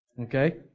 Okay